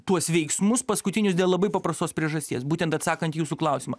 tuos veiksmus paskutinius dėl labai paprastos priežasties būtent atsakant į jūsų klausimą